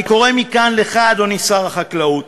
אני קורא מכאן לך, אדוני שר החקלאות,